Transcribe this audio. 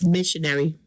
Missionary